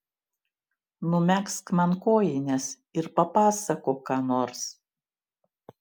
numegzk man kojines ir papasakok ką nors